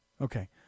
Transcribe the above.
Okay